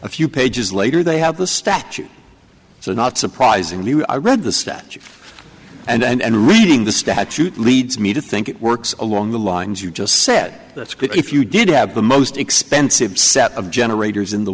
a few pages later they have the statute so not surprisingly you i read the statute and reading the statute leads me to think it works along the lines you just set that's good if you did have the most expensive set of generators in the